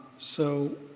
so